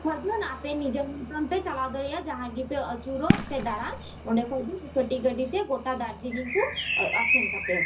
ᱠᱷᱚᱡᱽ ᱠᱷᱟᱱ ᱟᱯᱮ ᱱᱤᱡᱮᱨ ᱢᱚᱛᱚᱱ ᱯᱮ ᱪᱟᱞᱟᱣ ᱫᱟᱲᱮᱭᱟᱜᱼᱟ ᱡᱟᱦᱟᱸ ᱜᱮᱯᱮ ᱟᱪᱩᱨᱚᱜ ᱥᱮ ᱫᱟᱬᱟᱱ ᱚᱸᱰᱮ ᱠᱷᱚᱱ ᱫᱚ ᱠᱟᱹᱴᱤᱡ ᱜᱟᱹᱰᱤᱛᱮ ᱜᱚᱴᱟ ᱫᱟᱨᱡᱤᱞᱤᱧ ᱠᱚ ᱟᱥᱮᱱ ᱠᱟᱯᱮᱭᱟᱠᱚ